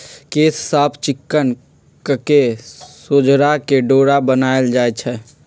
केश साफ़ चिक्कन कके सोझरा के डोरा बनाएल जाइ छइ